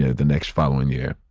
ah the next following year.